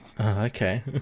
okay